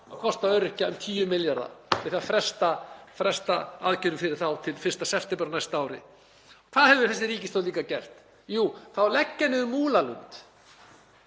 á kostnað öryrkja um 10 milljarða með því að fresta aðgerðum fyrir þá til 1. september á næsta ári. Hvað hefur þessi ríkisstjórn líka gert? Jú, það á að leggja niður Múlalund.